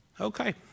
Okay